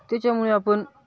त्याच्यामुळे आपण